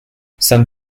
some